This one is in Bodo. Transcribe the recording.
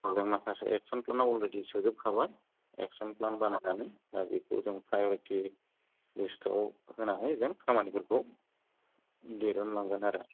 जों माखासे सोसननांगौखौ माखासे सोजोबखाबाय एक्सनप्लान बानायनानै दा बेखौ जों जायनाखि लिस्टआव होनानै होगोन बेफोरखौ दिहुनलांगोन आरो